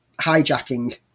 hijacking